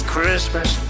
Christmas